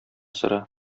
сора